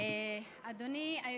אדוני היושב-ראש,